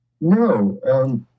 No